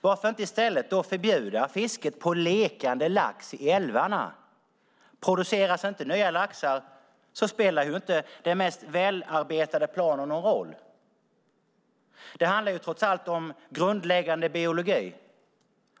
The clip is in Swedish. Varför inte i stället förbjuda fiske på lekande lax i älvarna? Produceras det inga nya laxar spelar den mest välarbetade plan inte någon roll. Det handlar trots allt om grundläggande biologi.